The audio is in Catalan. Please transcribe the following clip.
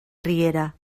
riera